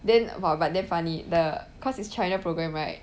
then !wah! but damn funny the cause it's china programme right